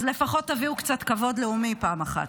אז לפחות תביאו קצת כבוד לאומי פעם אחת.